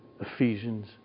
Ephesians